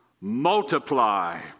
multiply